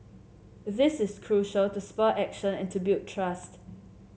this is crucial to spur action and to build trust